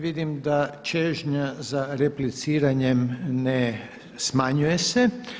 Vidim da čežnja za repliciranjem ne smanjuje se.